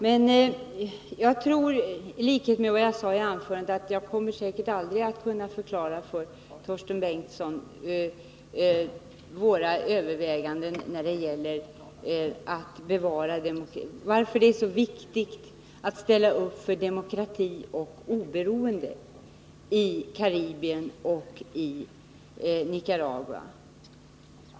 Men i likhet med vad jag sade tidigare tror jag inte att jag någonsin kommer att kunna förklara för Torsten Bengtson varför det är så viktigt att ställa upp för demokrati och oberoende i Karibien och Nicaragua.